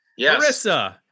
Marissa